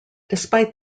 despite